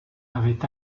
avait